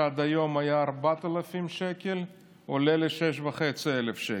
שעד היום היה 4,000 שקל עולה ל-6,500 שקל.